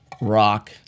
rock